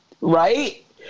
Right